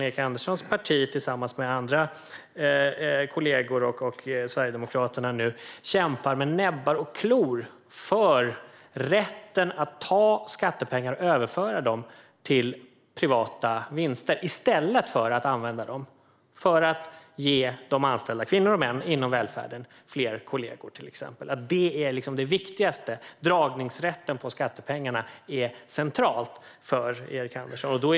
Erik Anderssons parti, tillsammans med andra kollegor och nu Sverigedemokraterna, kämpar med näbbar och klor för rätten att ta skattepengar och överföra dem till privata vinster i stället för att till exempel använda dem till att ge de anställda kvinnorna och männen inom välfärden fler kollegor. Det är liksom det viktigaste; dragningsrätten på skattepengarna är central för Erik Andersson.